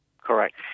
Correct